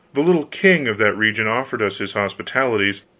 the little king of that region offered us his hospitalities,